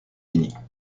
finis